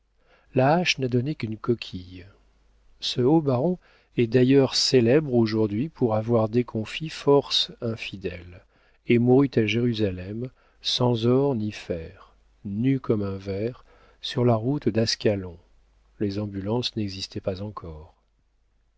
hache n'a donné qu'une coquille ce haut baron est d'ailleurs célèbre aujourd'hui pour avoir déconfit force infidèles et mourut à jérusalem sans or ni fer nu comme un ver sur la route d'ascalon les ambulances n'existent pas encore